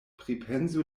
pripensu